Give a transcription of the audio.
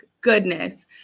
Goodness